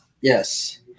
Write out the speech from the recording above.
Yes